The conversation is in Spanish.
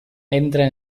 entra